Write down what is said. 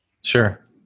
Sure